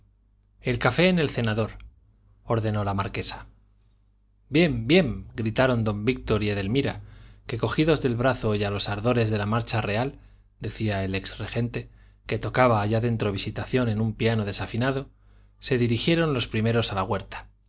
el café en el cenador ordenó la marquesa bien bien gritaron don víctor y edelmira que cogidos del brazo y a los acordes de la marcha real decía el ex regente que tocaba allá dentro visitación en un piano desafinado se dirigieron los primeros a la huerta